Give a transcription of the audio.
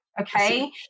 Okay